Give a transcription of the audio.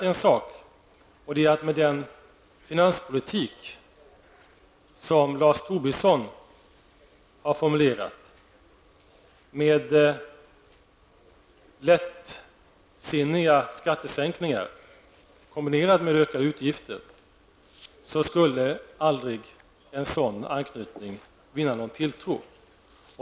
Men jag kan säga att med den finanspolitik som Lars Tobisson har formulerat -- med lättsinniga skattesänkningar kombinerade med ökade utgifter -- skulle en sådan anknytning aldrig vinna någon tilltro.